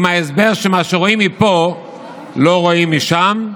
עם ההסבר של מה שרואים מפה לא רואים משם,